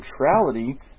neutrality